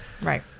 right